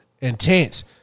intense